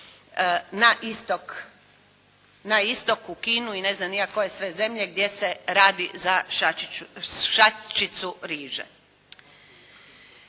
na istok u Kinu i ne znam ni ja koje sve zemlje gdje se radi za šačicu riže.